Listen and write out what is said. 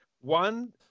one